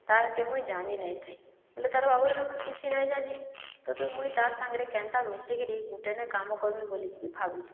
ତାର୍କେ ମୁଇଁ ଜାଣି ନାଇଥାଏ ହେଲେ ତାର୍ ବାବଦରେ ମୁଇଁ କିଛି ନାହିଁ ଜାନି ତ ତ ମୁଇଁ ତାର୍ ସାଙ୍ଗରେ କେନ୍ତା ମିଶିକିରି ଗୁଟେନେ କାମ କରିବି ବୋଲିକିରି ଭାବିଲି